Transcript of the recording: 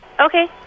Okay